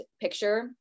picture